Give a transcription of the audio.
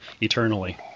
eternally